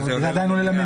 אבל זה עדיין עולה למליאה.